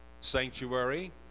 sanctuary